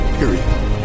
period